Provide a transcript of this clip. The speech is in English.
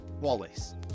Wallace